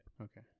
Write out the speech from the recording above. okay